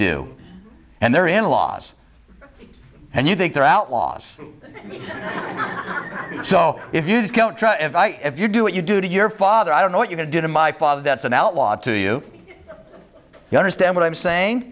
do and their in laws and you think they're outlaws so if you if you do what you do to your father i don't know what you can do to my father that's an outlaw to you you understand what i'm saying